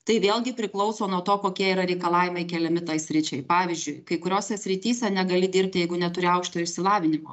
tai vėlgi priklauso nuo to kokie yra reikalavimai keliami tai sričiai pavyzdžiui kai kuriose srityse negali dirbti jeigu neturi aukštojo išsilavinimo